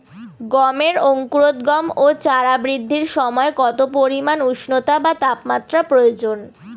গমের অঙ্কুরোদগম ও চারা বৃদ্ধির সময় কত পরিমান উষ্ণতা বা তাপমাত্রা প্রয়োজন?